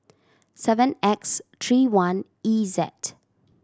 seven X three one E Z